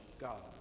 God